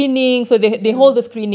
ya